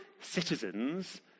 citizens